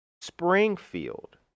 Springfield